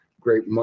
great